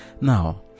Now